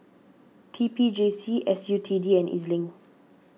T P J C S U T D and E Z link